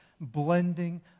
blending